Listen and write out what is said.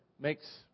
makes